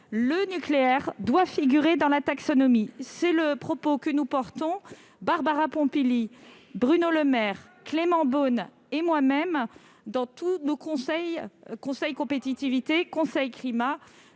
Le nucléaire doit figurer dans la taxonomie. C'est le propos que nous portons, Barbara Pompili, Bruno Le Maire, Clément Beaune et moi-même dans tous nos conseils : conseil compétitivité, conseil climat,